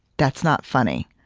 that's not funny.